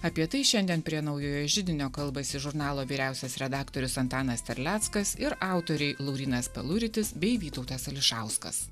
apie tai šiandien prie naujojo židinio kalbasi žurnalo vyriausias redaktorius antanas terleckas ir autoriai laurynas peluritis bei vytautas ališauskas